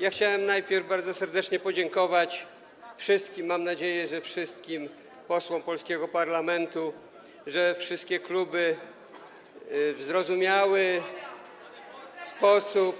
Ja chciałem najpierw bardzo serdecznie podziękować wszystkim, mam nadzieję, że wszystkim, posłom polskiego parlamentu za to, że wszystkie kluby w zrozumiały sposób